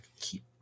keep